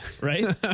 right